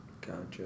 Gotcha